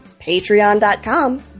patreon.com